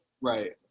Right